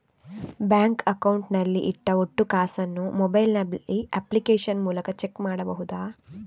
Bank account ನಲ್ಲಿ ಇಟ್ಟ ಒಟ್ಟು ಕಾಸನ್ನು ಮೊಬೈಲ್ ನಲ್ಲಿ ಅಪ್ಲಿಕೇಶನ್ ಮೂಲಕ ಚೆಕ್ ಮಾಡಬಹುದಾ?